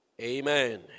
Amen